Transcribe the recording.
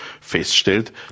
feststellt